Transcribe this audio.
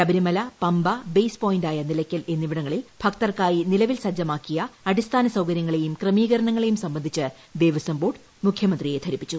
Sabarimala Pamba base പോയിന്റായ നിലയ്ക്കൽ എന്നിവിടങ്ങളിൽ ഭക്തർക്കായി നിലവിൽ സജ്ജമാക്കിയ അടിസ്ഥാന സൌകര്യങ്ങളെയും ക്രമീകരണങ്ങളേയും സംബന്ധിച്ച് ദേവസ്വം ബോർഡ് മുഖ്യമന്ത്രിയെ ധരിപ്പിച്ചു